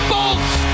Bolts